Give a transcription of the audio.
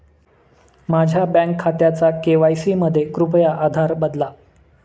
माझ्या बँक खात्याचा के.वाय.सी मध्ये कृपया आधार बदला